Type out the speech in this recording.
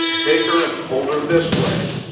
take her and hold her this way.